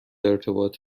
ارتباط